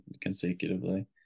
consecutively